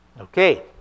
Okay